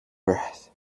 breath